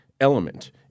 element